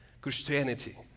Christianity